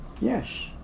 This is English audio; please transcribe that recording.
Yes